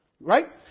right